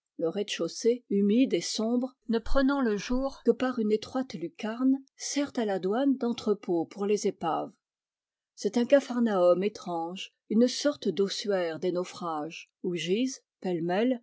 le rez-de-chaussée humide et sombre ne prenant de jour que par une étroite lucarne sert à la douane d'entrepôt pour les épaves c'est un capharnaüm étrange une sorte d'ossuaire des naufrages où gisent pêle-mêle